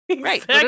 Right